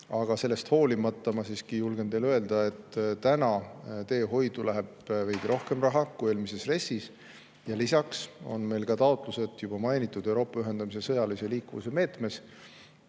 aga sellest hoolimata ma siiski julgen teile öelda, et teehoidu läheb nüüd veidi rohkem raha kui eelmise RES-i ajal. Lisaks on meil ka taotlus juba mainitud Euroopa ühendamise [rahastu] sõjalise liikuvuse meetmest